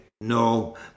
No